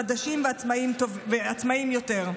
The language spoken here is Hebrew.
חדשים ועצמאיים יותר.